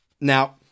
Now